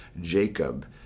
Jacob